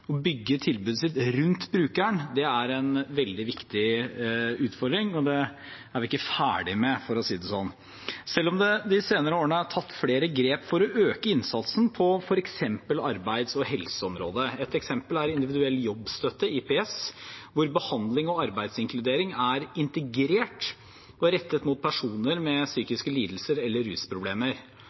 bygge tilbudet sitt rundt brukeren, er en veldig viktig utfordring, og det er vi ikke ferdige med, for å si det sånn, selv om det de senere årene er tatt flere grep for å øke innsatsen på f.eks. arbeids- og helseområdet. Et eksempel er individuell jobbstøtte, IPS, hvor behandling og arbeidsinkludering er integrert og rettet mot personer med psykiske lidelser eller rusproblemer.